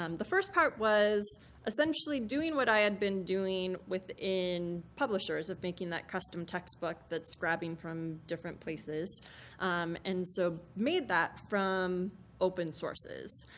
um the first part was essentially doing what i had been doing within publishers of making that custom textbook that so grabbing from different places um and so made that from open sources,